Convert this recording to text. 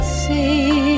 see